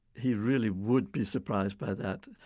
he really would be surprised by that.